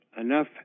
enough